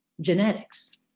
genetics